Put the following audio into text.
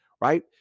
Right